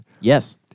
Yes